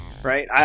Right